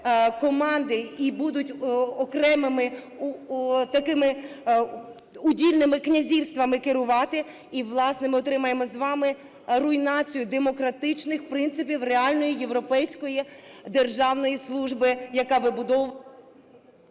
команди і будуть окремими, такими удільними князівствами керувати і, власне, ми отримаємо з вами руйнацію демократичних принципів реальної європейської державної служби, яка… ГОЛОВУЮЧИЙ.